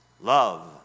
love